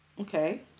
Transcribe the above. okay